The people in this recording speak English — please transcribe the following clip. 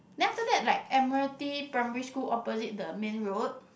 then after that like Admiralty primary school opposite the main road